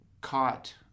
caught